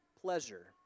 pleasure